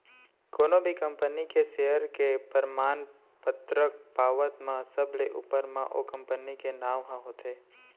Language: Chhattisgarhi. कोनो भी कंपनी के सेयर के परमान पतरक पावत म सबले ऊपर म ओ कंपनी के नांव ह होथे